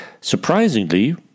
Surprisingly